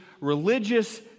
religious